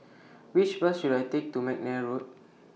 Which Bus should I Take to Mcnair Road